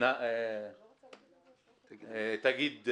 תאגיד.